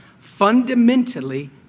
fundamentally